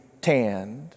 tanned